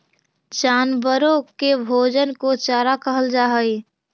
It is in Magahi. जानवरों के भोजन को चारा कहल जा हई